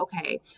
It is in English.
okay